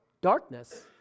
darkness